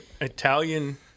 Italian